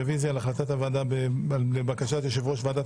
רביזיה על החלטת הוועדה בבקשת יושב ראש ועדת